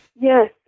yes